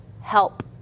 help